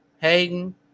Hayden